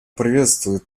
приветствует